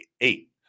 eight